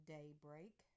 Daybreak